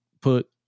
put